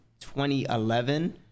2011